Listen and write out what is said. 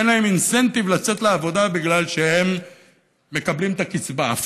אין להם אינסנטיב לצאת לעבודה בגלל שהם מקבלים את הקצבה.